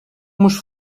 mhux